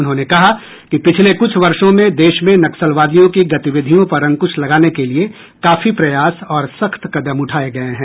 उन्होंने कहा कि पिछले कुछ वर्षों में देश में नक्सलवादियों की गतिविधियों पर अंकुश लगाने के लिए काफी प्रयास और सख्त कदम उठाये गये हैं